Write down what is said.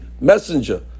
messenger